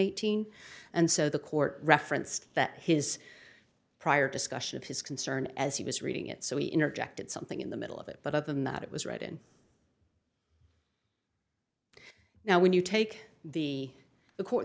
eighteen and so the court referenced that his prior discussion of his concern as he was reading it so he interacted something in the middle of it but other than that it was right in now when you take the the court